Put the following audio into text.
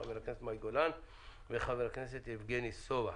חברת הכנסת מאי גולן וחבר הכנסת יבגני סובה.